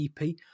ep